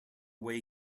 way